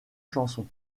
chanson